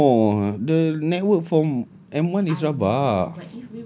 no the network from M one is rabak